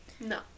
No